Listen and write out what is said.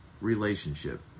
relationship